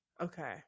Okay